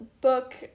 book